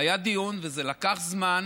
היה דיון, וזה לקח זמן,